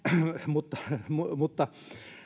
mutta mutta